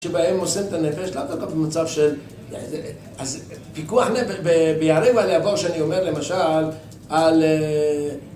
שבהם מוסרים את הנפש לא דווקא במצב של פיקוח נפש, בייהרג ואל יעבור שאני אומר למשל על